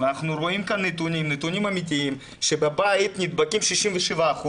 ואנחנו רואים כאן נתונים אמיתיים : בבית נדבקים 67%;